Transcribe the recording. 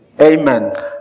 Amen